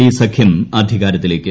D സഖ്യം അധികാരത്തിലേക്ക്